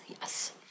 yes